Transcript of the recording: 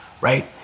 right